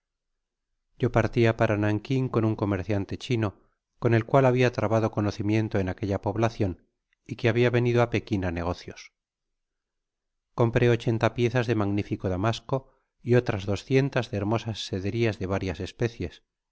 yo partia para nankin con un comerciante chino con el cual habia trabado conocimiento en aquella poblacion y que habia venido á pekin á negocios compré ochenta piezas de magnifico damasco y tras doscientas de hermosas sederias de varias especies